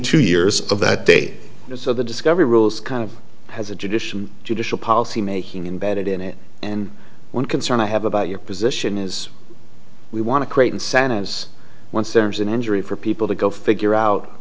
two years of that day so the discovery rules kind of has a tradition judicial policymaking embedded in it and one concern i have about your position is we want to create incentives once there's an injury for people to go figure out